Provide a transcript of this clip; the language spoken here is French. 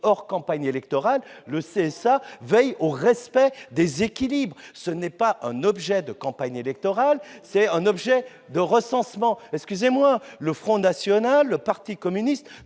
pendant lesquelles il veille au respect des équilibres. Là, ce n'est pas un objet de campagne électorale, c'est un objet de recensement ! Excusez-moi, mais le Front national, le parti communiste,